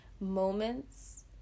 moments